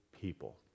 people